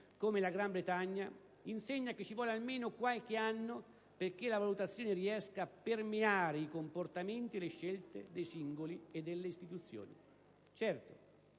come la Gran Bretagna, insegna che ci vuole almeno qualche anno perché la valutazione riesca a permeare i comportamenti e le scelte dei singoli e delle istituzioni.